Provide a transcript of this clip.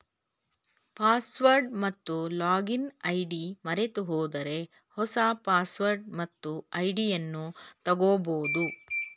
password ಮತ್ತು login ID ಮರೆತುಹೋದರೆ ಹೊಸ ಪಾಸ್ವರ್ಡ್ ಮತ್ತು ಐಡಿಯನ್ನು ತಗೋಬೋದು